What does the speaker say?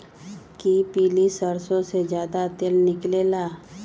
कि पीली सरसों से ज्यादा तेल निकले ला?